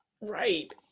right